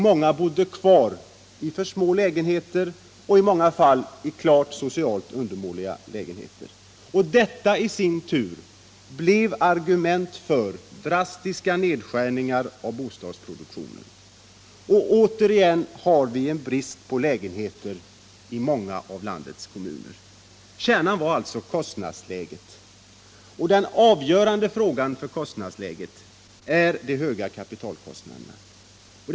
Många bodde kvar i för små lägenheter, och i många fall i klart socialt undermåliga lägenheter, Detta i sin tur blev argument för drastiska nedskärningar i bostadsproduktionen. Återigen har vi en brist på lägenheter i många av landets kommuner. Kärnan var alltså kostnadsläget. Och den avgörande frågan för kostnadsläget är de höga kapitalkostnaderna.